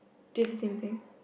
pick the same thing